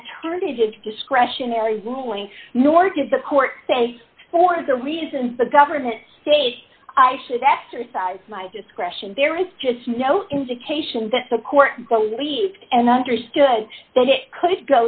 alternative just discretionary ruling nor did the court say for the reasons the government i should exercise my discretion there is just no indication that the court but we and understood that it could